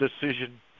decision